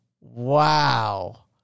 Wow